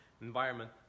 environment